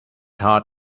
hard